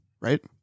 right